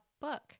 book